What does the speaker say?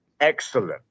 excellent